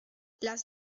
las